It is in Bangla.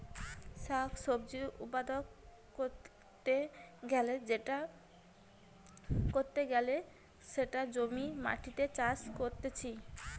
শাক সবজি উৎপাদন ক্যরতে গ্যালে সেটা জমির মাটিতে চাষ করতিছে